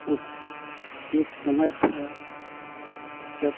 उस एक समय था जब